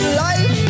life